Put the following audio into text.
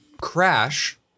Crash